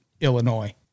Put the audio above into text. Illinois